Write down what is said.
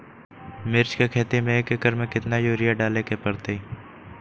मिर्च के खेती में एक एकर में कितना यूरिया डाले के परतई?